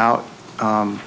nt out